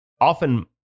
often